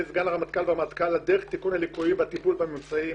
הרמטכ"ל וסגנו על דרך תיקון הליקויים והטיפול בממצאים,